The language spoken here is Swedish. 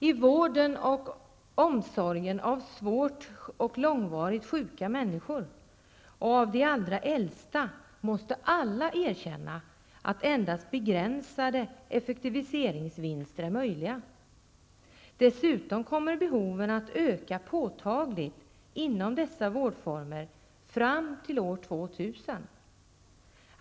I vården och omsorgen av svårt och långvarigt sjuka människor och av de allra äldsta måste alla erkänna att endast begränsade effektiviseringsvinster är möjliga. Dessutom kommer behoven att öka påtagligt inom dessa vårdformer fram till år 2000.